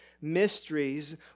mysteries